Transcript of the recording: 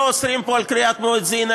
לא אוסרים פה קריאת מואזין,